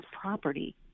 property